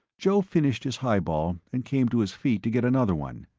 joe finished his highball and came to his feet to get another one.